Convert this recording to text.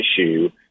issue